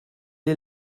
est